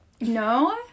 No